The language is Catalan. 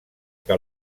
que